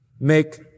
make